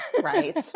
Right